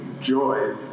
Joy